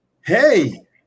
Hey